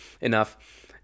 enough